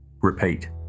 repeat